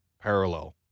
parallel